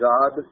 God